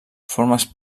formes